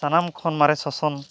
ᱥᱟᱱᱟᱢ ᱠᱷᱚᱱ ᱢᱟᱨᱮ ᱥᱚᱥᱚᱱ